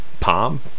Palm